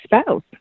spouse